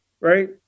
right